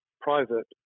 private